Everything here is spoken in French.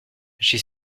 j’y